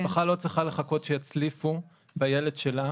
משפחה לא צריכה לחכות שיצליפו בילד שלה